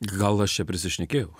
gal aš čia prisišnekėjau